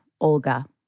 Olga